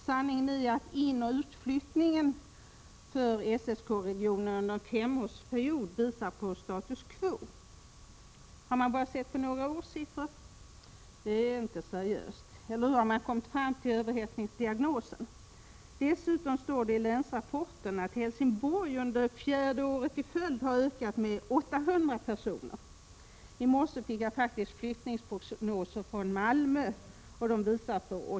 Sanningen är att inoch utflyttningen för SSK-regionen under en femårsperiod visar på status quo. Har man bara sett på några års siffror? Det är knappast seriöst. Eller hur | har man kommit fram till överhettningsdiagnosen? Dessutom står det i länsrapporten att Helsingborg för fjärde året i följd har ökat sin folkmängd | med 800 personer. I morse fick jag faktiskt flyttningsprognoser för 1986 för Malmö.